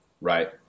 Right